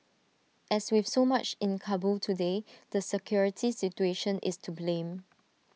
as with so much in Kabul today the security situation is to blame